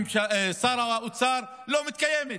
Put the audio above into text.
שר האוצר לא מתקיימת,